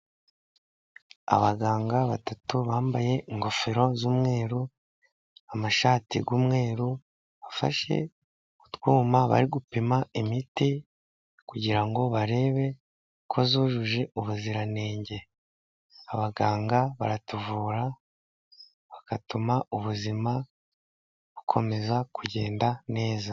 Abaganga batatu bambaye ingofero z'umweru, amashati y'umweru, bafashe utwuma bari gupima imiti kugirango barebe ko yujuje ubuziranenge. Abaganga baratuvura, bagatuma ubuzima bukomeza kugenda neza.